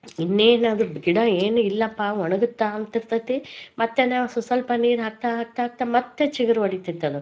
ಇನ್ನೇನದು ಗಿಡ ಏನು ಇಲ್ಲಪ್ಪಾ ಒಣಗುತ್ತಾ ಅಂತಿರ್ತದೆ ಮತ್ತೆಲ್ಲ ಸ್ವಲ್ಪ ಸ್ವಲ್ಪ ನೀರು ಹಾಕ್ತಾ ಹಾಕ್ತಾ ಹಾಕ್ತಾ ಮತ್ತು ಚಿಗುರು ಒಡೀತಿತ್ತದು